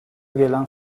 gelen